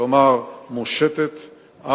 כלומר, מושתת על